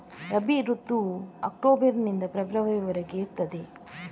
ರಬಿ ಋತುವು ಅಕ್ಟೋಬರ್ ನಿಂದ ಫೆಬ್ರವರಿ ವರೆಗೆ ಇರ್ತದೆ